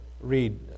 read